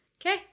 Okay